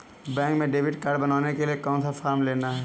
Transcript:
Bank में debit card बनवाने के लिए कौन सा फॉर्म लेना है?